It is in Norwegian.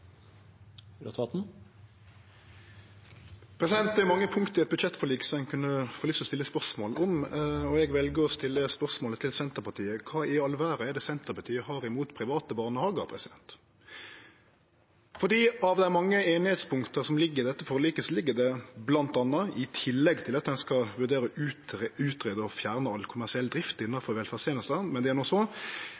Det er mange punkt i dette budsjettforliket som ein kunne få lyst til å stille spørsmål om, og eg vel å stille spørsmålet til Senterpartiet: Kva i all verda er det Senterpartiet har imot private barnehagar? Av dei mange punkta ein er einige om i dette forliket, ligg det bl.a. – i tillegg til at ein skal vurdere å greie ut om ein skal fjerne all kommersiell drift